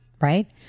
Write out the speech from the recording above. right